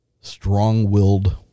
strong-willed